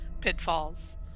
pitfalls